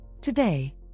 Today